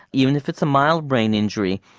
even if it's a mild brain injury,